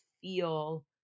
feel